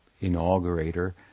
inaugurator